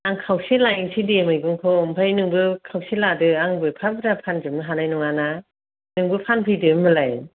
आं खावसे लायनोसै दे मैगंखौ आमफाय नोंबो खावसे लादो आं एफा बुरजा फानजोबनो हानाय नङा ना नोंबो फानफैदो होनबालाय